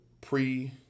pre